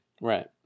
Right